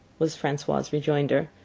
was francois's rejoinder.